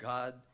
God